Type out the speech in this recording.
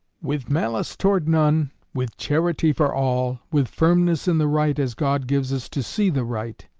with malice toward none, with charity for all, with firmness in the right, as god gives us to see the right,